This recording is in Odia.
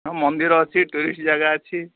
ହଁ ମନ୍ଦିର ଅଛି ଟୁରିଷ୍ଟ୍ ଜାଗା ଅଛି